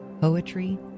poetry